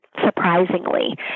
surprisingly